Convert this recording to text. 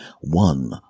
one